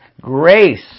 grace